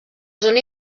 zona